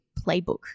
playbook